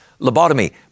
lobotomy